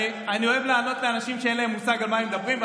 אני אוהב לענות לאנשים שאין להם מושג על מה הם מדברים,